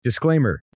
Disclaimer